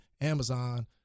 amazon